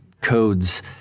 codes